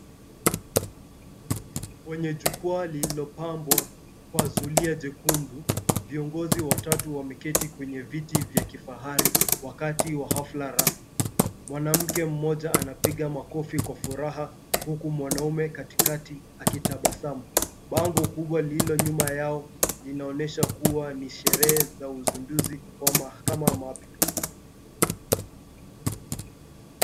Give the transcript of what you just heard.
Kwenye jukwaa lililopambwa kwa zulia jekundu, viongozi watatu wameketi kwenye viti vya kifahari wakati wa ghafla rasmi. Mwanamke mmoja anapiga makofi kwa furaha, huku mwanaume katikati akitabasamu. Bango kubwa lililo nyuma yao linaonyesha kuwa ni sherehe za uzinduzi wa mahakama mapya.